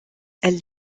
elle